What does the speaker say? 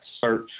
search